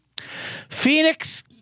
Phoenix